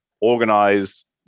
organized